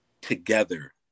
together